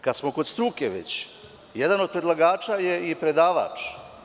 Kad smo već kod struke, jedan od predlagača je i predavač.